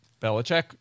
Belichick